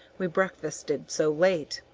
we breakfasted so late.